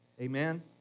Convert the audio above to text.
Amen